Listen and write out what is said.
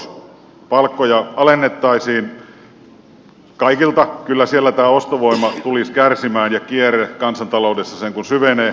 jos palkkoja alennettaisiin kaikilta kyllä siellä tämä ostovoima tulisi kärsimään ja kierre kansantaloudessa sen kuin syvenisi